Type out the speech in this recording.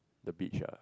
the beach ah